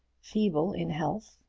feeble in health,